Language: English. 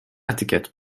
etiquette